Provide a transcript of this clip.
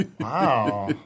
Wow